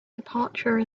departure